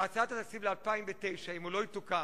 בהצעת התקציב ל-2009, אם הוא לא יתוקן,